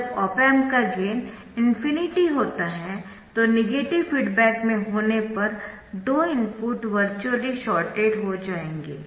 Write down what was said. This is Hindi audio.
जब ऑप एम्प का गेन ∞ होता है तो नेगेटिव फीडबैक में होने पर दो इनपुट वर्चुअली शॉर्टेड हो जाएंगे